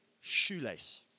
shoelace